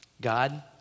God